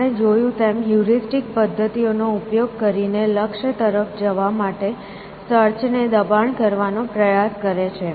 આપણે જોયું તેમ હ્યુરિસ્ટિક પદ્ધતિઓનો ઉપયોગ કરીને લક્ષ્ય તરફ જવા માટે સર્ચને દબાણ કરવાનો પ્રયાસ કરે છે